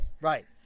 Right